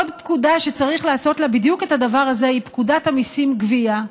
עוד פקודה שצריך לעשות לה בדיוק את הדבר הזה היא פקודת המיסים (גבייה),